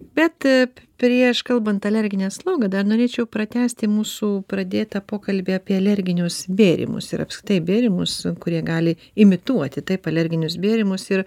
bet a prieš kalbant alerginę slogą dar norėčiau pratęsti mūsų pradėtą pokalbį apie alerginius bėrimus ir apskritai bėrimus kurie gali imituoti taip alerginius bėrimus ir